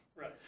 right